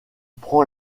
prend